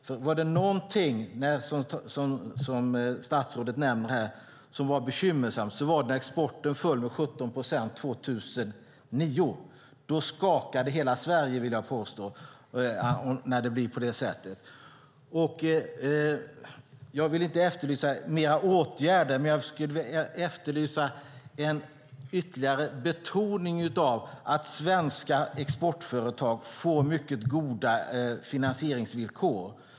Om det var någonting som var bekymmersamt så var det när exporten föll med 17 procent 2009, vilket statsrådet nämnde. Då skakade hela Sverige, vill jag påstå. Jag vill inte efterlysa fler åtgärder, men jag efterlyser ytterligare en betoning av att svenska exportföretag får mycket goda finansieringsvillkor.